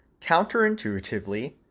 counterintuitively